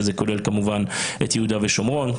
שזה כולל כמובן את יהודה ושומרון,